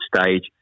stage